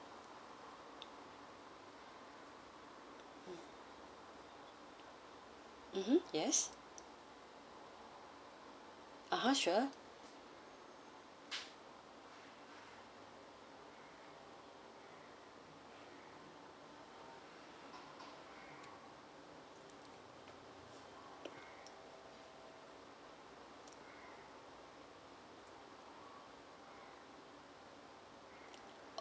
mmhmm yes (uh huh) sure